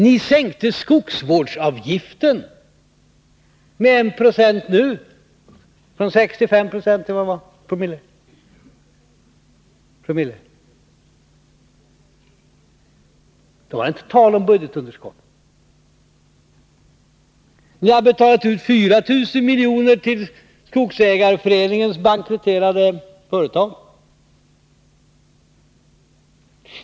Ni sänkte skogsvårdsavgiften med 1 90 från 65 26. Då var det inte tal om budgetunderskott. Ni har betalat ut 4000 miljoner till Skogsägareföreningens bankrutterade företag.